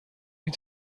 این